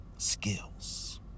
skills